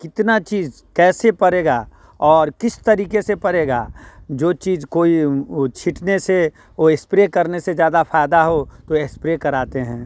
कितना चीज कैसे पड़ेगा और किस तरीके से पड़ेगा जो चीज को कोई वो छींटने से वो स्प्रे करने से ज़्यादा फ़ायदा हो तो स्प्रे कराते हैं